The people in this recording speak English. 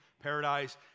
paradise